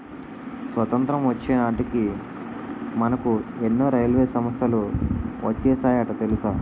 స్వతంత్రం వచ్చే నాటికే మనకు ఎన్నో రైల్వే సంస్థలు వచ్చేసాయట తెలుసా